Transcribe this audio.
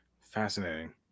Fascinating